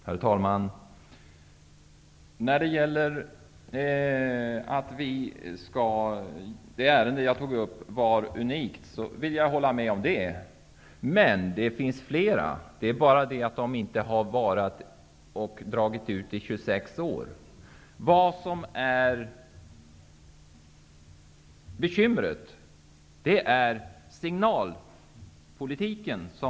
Herr talman! Jag kan hålla med om att det ärende jag tog upp är unikt. Men det finns flera, fastän de inte har dragit ut i 26 år. Bekymret är de politiska signaler som skickats ut.